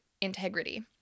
integrity